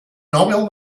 nobel